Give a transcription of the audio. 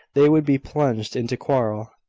they would be plunged into quarrel.